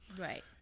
Right